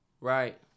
right